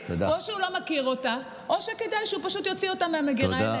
רק בגלל דבר אחד: היא יצרה פלטפורמה